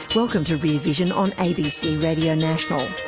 welcome to rear vision on abc radio national.